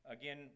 again